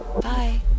Bye